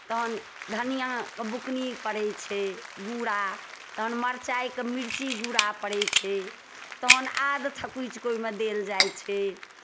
तहन धनिआँके बुकनी पड़ै छै बूरा तहन मिर्चाइके बुकनी मिर्ची बूरा पड़ै छै तहन आद थकुचि कऽ ओहिमे देल जाइ छै